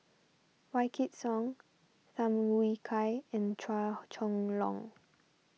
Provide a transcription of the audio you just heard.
Wykidd Song Tham Yui Kai and Chua Chong Long